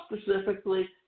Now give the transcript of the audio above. specifically